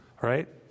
right